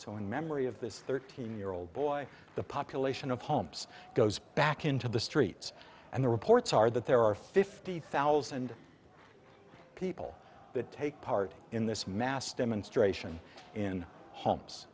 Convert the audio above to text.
in memory of this thirteen year old boy the population of pumps goes back into the streets and the reports are that there are fifty thousand people could take part in this mass demonstration in homes